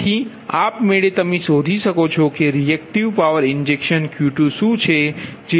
તેથી આપમેળે તમે શોધી શકો છો કે રિએકટિવ પાવર ઇન્જેક્શન Q2 શું છે